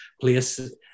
place